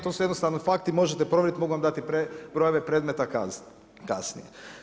To su jednostavni fakti, možete provjeriti, mogu vam dati brojeve predmeta kasnije.